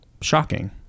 shocking